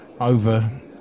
over